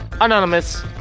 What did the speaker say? Anonymous